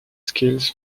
skills